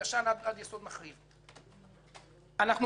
אנחנו מסדירים,